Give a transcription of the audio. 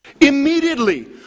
Immediately